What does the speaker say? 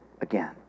again